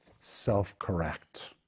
self-correct